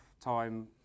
time